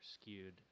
skewed